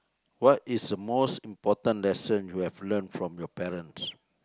what is the most important lesson you have learnt from your parents